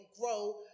grow